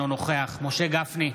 אינו נוכח משה גפני,